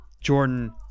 Jordan